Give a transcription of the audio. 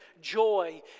joy